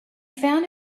found